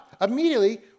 Immediately